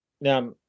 now